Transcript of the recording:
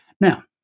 Now